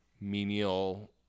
menial